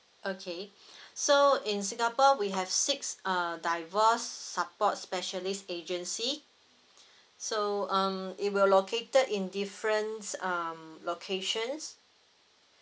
okay so in singapore we have six uh divorce support specialist agency so um it will located in different um locations